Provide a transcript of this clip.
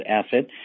asset